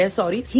sorry